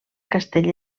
castell